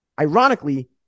Ironically